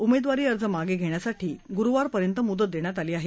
उमेदवारी अर्ज मागे घेण्यासाठी गुरुवारपर्यंत मुदत देण्यात आली आहे